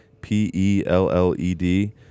p-e-l-l-e-d